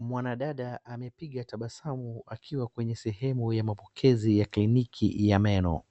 Mwanadada amepiga tabasamu akiwa kwenye sehemu ya mapokezi ya kliniki ya meno.